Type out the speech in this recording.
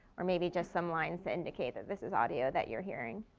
or maybe just some lines to indicate that this is audio that you're hearing.